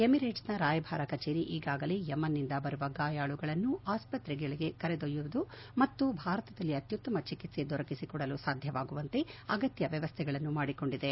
ಎಮಿರೇಟ್ಸ್ನ ರಾಯಭಾರ ಕಚೇರಿ ಈಗಾಗಲೇ ಯಮನ್ನಿಂದ ಬರುವ ಗಾಯಾಳುಗಳನ್ನು ಆಸ್ಪತ್ರೆಗಳಿಗೆ ಕರೆದೊಯ್ಯುವುದು ಹಾಗೂ ಭಾರತದಲ್ಲಿ ಅತ್ಯುತ್ತಮ ಚಿಕಿತ್ಸೆ ದೊರಕಿಸಿಕೊಡಲು ಸಾಧ್ಯವಾಗುವಂತೆ ಅಗತ್ಯ ವ್ಯವಸ್ಥೆಗಳನ್ನು ಮಾಡಿಕೊಂಡಿದೆ